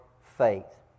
faith